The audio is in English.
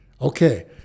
Okay